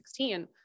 2016